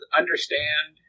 understand